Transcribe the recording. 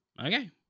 Okay